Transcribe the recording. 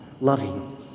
loving